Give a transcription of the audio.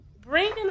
Bringing